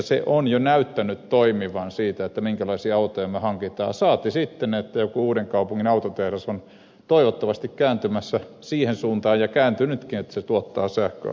se on jo näyttänyt toimivan siinä minkälaisia autoja me hankimme saati sitten että joku uudenkaupungin autotehdas on toivottavasti kääntymässä siihen suuntaan ja kääntynytkin että se tuottaa sähköautoja